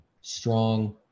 strong